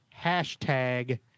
hashtag